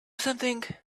something